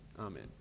Amen